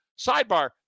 sidebar